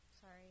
Sorry